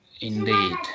indeed